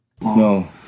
No